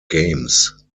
games